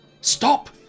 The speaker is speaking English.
Stop